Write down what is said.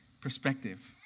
perspective